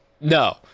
no